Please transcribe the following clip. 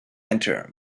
enter